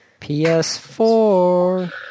PS4